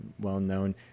Well-known